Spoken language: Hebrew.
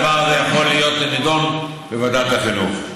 הדבר הזה יכול להיות שיידון בוועדת החינוך.